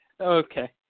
Okay